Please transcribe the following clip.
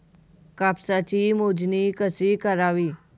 कापसाची मोजणी कशी करावी?